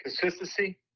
consistency